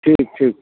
ठीक ठीक